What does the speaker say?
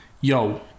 Yo